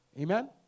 Amen